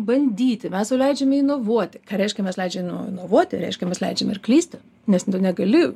bandyti mes sau leidžiame inuvuoti ką reiškia mes leidžiame in inovuoti reiškia mes leidžiame ir klysti nes negali